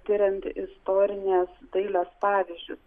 tiriant istorinės dailės pavyzdžius